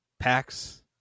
packs